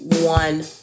one